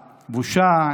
הבושה,